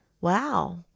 wow